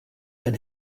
and